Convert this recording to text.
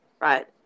Right